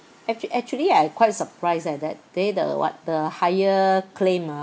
actu~ actually I quite surprised eh that day the what the higher claim ah